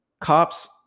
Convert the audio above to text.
cops